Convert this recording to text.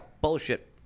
Bullshit